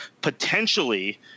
potentially –